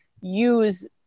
use